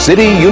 City